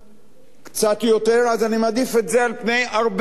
קצת יותר, אז אני מעדיף את זה על פני הרבה יותר.